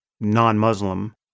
non-Muslim